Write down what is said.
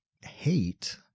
hate